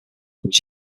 which